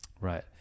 right